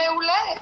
מעולה,